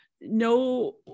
No